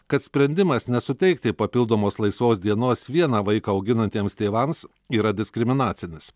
kad sprendimas nesuteikti papildomos laisvos dienos vieną vaiką auginantiems tėvams yra diskriminacinis